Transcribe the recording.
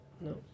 No